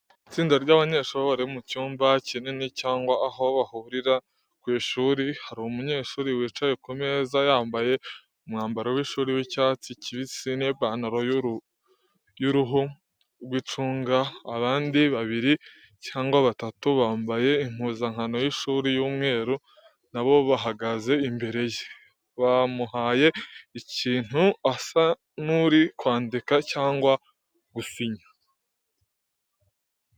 Itsinda ry’abanyeshuri bari mu cyumba kinini cyangwa aho bahurira ku ishuri. Hari umunyeshuri wicaye ku meza yambaye umwambaro w’ishuri w’icyatsi kibisi n’ipantaro y’uruhu rw’icunga, abandi babiri cyangwa batatu bambaye impuzankano y’ishuri y’umweru, na bo bahagaze imbere ye, bamuhaye ikintu asa n’uri kwandika cyangwa gusinya.